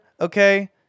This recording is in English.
okay